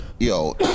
Yo